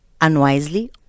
unwisely